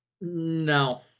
no